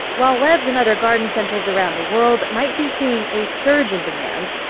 while webbs and other garden centers around the world might be seeing a surge in demand,